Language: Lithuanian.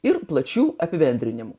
ir plačių apibendrinimų